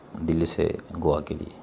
دہلی سے گوا کے لیے